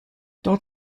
dort